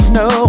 no